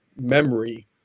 memory